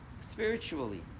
Spiritually